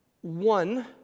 one